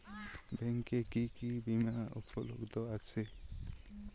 ব্যাংকে কি কি বিমা উপলব্ধ আছে?